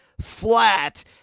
flat